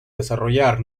desarrollar